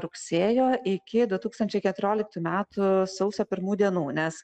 rugsėjo iki du tūkstančiai keturioliktų metų sausio pirmų dienų nes